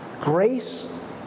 grace